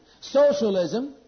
socialism